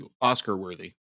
Oscar-worthy